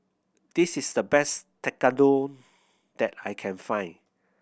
this is the best Tekkadon that I can find